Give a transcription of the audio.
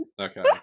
okay